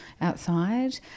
outside